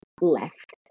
left